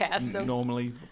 normally